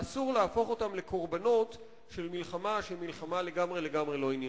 ואסור להפוך אותם לקורבנות של מלחמה שהיא מלחמה לגמרי לגמרי לא עניינית.